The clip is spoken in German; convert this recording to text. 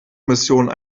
missionen